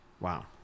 Wow